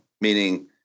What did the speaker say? meaning